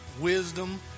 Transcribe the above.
wisdom